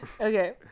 okay